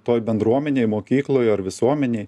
toj bendruomenėj mokykloj ar visuomenėj